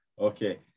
okay